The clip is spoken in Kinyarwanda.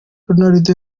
ronaldo